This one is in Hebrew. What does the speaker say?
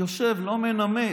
יושב ולא מנמק.